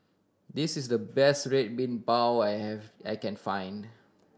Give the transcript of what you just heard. this is the best Red Bean Bao I have I can find